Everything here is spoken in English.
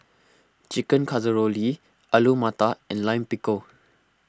Chicken Casserole Li Alu Matar and Lime Pickle